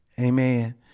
Amen